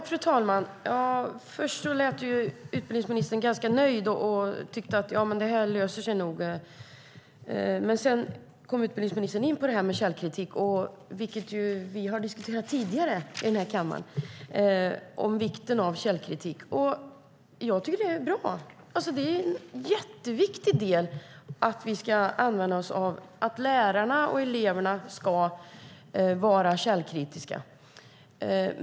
Fru talman! Först lät utbildningsministern ganska nöjd och tyckte att det här nog löser sig. Men sedan kom utbildningsministern in på vikten av källkritik, vilket vi har diskuterat tidigare i den här kammaren. Jag tycker att det är bra. Det är jätteviktigt att lärarna och eleverna är källkritiska.